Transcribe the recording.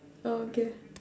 ah okay